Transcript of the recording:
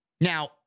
Now